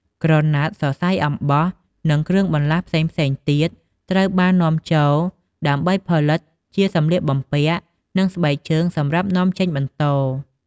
ក្រណាត់ សរសៃអំបោះ និងគ្រឿងបន្លាស់ផ្សេងៗទៀតត្រូវបាននាំចូលដើម្បីផលិតជាសម្លៀកបំពាក់ និងស្បែកជើងសម្រាប់នាំចេញបន្ត។